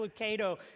Lucado